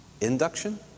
Induction